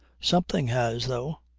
something has though.